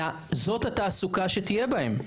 אלא זאת התעסוקה שתהיה בהם.